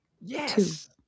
Yes